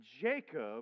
Jacob